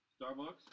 Starbucks